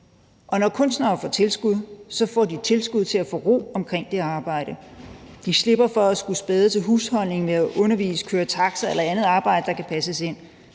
og når kunstnere får tilskud, får de tilskud til at få ro omkring deres arbejde. De slipper for at skulle spæde til husholdningen ved at undervise, køre taxa eller lave andet arbejde, der kan passes ind,